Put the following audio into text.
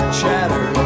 chatter